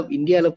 India